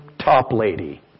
Toplady